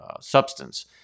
substance